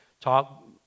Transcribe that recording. talk